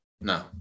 No